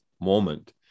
moment